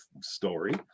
story